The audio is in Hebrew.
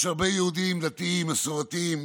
יש הרבה יהודים דתיים, מסורתיים,